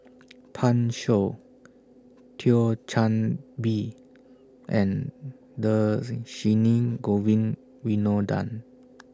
Pan Shou Thio Chan Bee and Govin Winodan